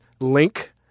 link